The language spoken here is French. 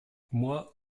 moi